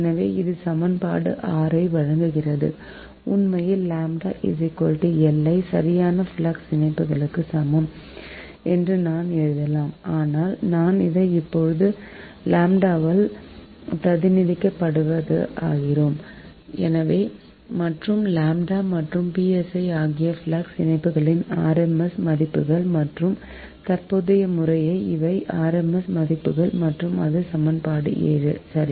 எனவே அது சமன்பாடு 6 ஐ வழங்குகிறது உண்மையில் சரியான ஃப்ளக்ஸ் இணைப்புகளுக்கு சமம் என்று நாம் எழுதலாம் ஆனால் நாம் அதை இப்போது லம்ப்டாவால் பிரதிநிதித்துவப்படுத்துகிறோம் மற்றும் லாம்ப்டா மற்றும் psi ஆகியவை ஃப்ளக்ஸ் இணைப்புகளின் RMS மதிப்புகள் மற்றும் தற்போதைய முறையே இவை RMS மதிப்புகள் மற்றும் இது சமன்பாடு 7 சரி